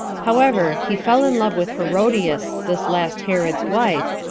however, he fell in love with herodias, this last herod's wife,